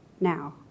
now